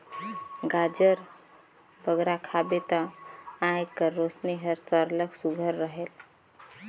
गाजर बगरा खाबे ता आँएख कर रोसनी हर सरलग सुग्घर रहेल